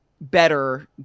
better